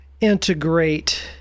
integrate